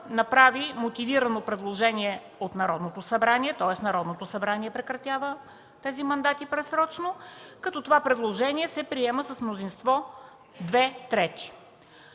направи мотивирано предложение до Народното събрание, тоест Народното събрание прекратява тези мандати предсрочно, като това предложение се приема с мнозинство две трети.